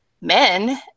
men